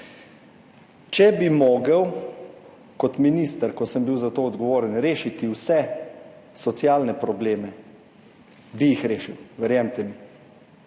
če bi mogel kot minister, ko sem bil za to odgovoren, rešiti vse socialne probleme, bi jih rešil, verjemite mi.